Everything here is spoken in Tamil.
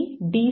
C D